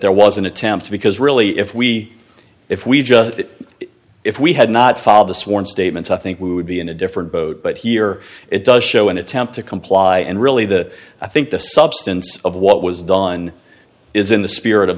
there was an attempt because really if we if we if we had not followed the sworn statements i think we would be in a different boat but here it does show an attempt to comply and really the i think the substance of what was done is in the spirit of